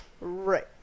Right